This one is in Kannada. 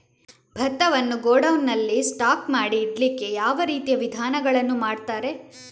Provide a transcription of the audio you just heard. ಭತ್ತವನ್ನು ಗೋಡೌನ್ ನಲ್ಲಿ ಸ್ಟಾಕ್ ಮಾಡಿ ಇಡ್ಲಿಕ್ಕೆ ಯಾವ ರೀತಿಯ ವಿಧಾನಗಳನ್ನು ಮಾಡ್ತಾರೆ?